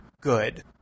good –